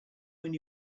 when